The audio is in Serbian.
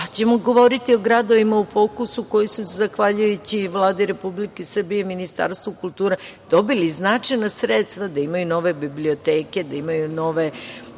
otvoreno. Govorićemo o gradovima u fokusu koji su zahvaljujući Vladi Republike Srbije i Ministarstvu kulture dobili značajna sredstva da imaju nove biblioteke, da imaju nove